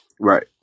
Right